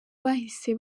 bahise